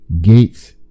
gates